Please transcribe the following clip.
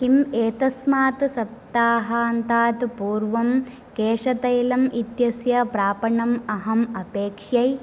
किम् एतस्मात् सप्ताहान्तात् पूर्वं केशतैलम् इत्यस्य प्रापणम् अहम् अपेक्ष्यै